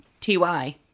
TY